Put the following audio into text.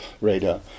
radar